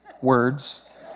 words